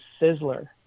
Sizzler